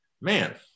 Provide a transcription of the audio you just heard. Man